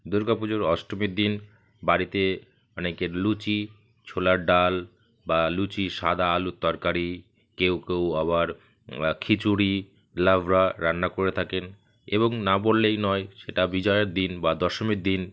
দুর্গা পুজোর অষ্টমীর দিন বাড়িতে অনেকের লুচি ছোলার ডাল বা লুচি সাদা আলুর তরকারি কেউ কেউ আবার খিচুড়ি লাবড়া রান্না করে থাকেন এবং না বললেই নয় সেটা বিজয়ার দিন বা দশমীর দিন